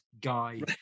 guy